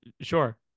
sure